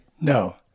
No